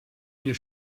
mir